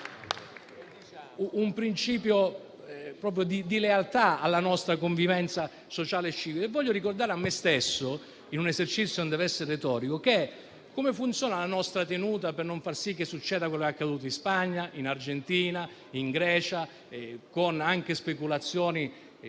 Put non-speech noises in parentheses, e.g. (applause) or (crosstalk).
un principio di lealtà alla nostra convivenza sociale e civile. (applause) Voglio ricordare a me stesso, in un esercizio che non deve essere retorico, come funziona la nostra tenuta per far sì che non succeda da noi quello che è accaduto in Spagna, in Argentina, in Grecia, anche con speculazioni